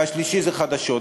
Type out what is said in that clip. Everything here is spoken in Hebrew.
והשלישי זה חדשות.